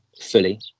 fully